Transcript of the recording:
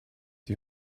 die